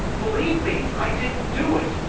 believe me, i didn't do it.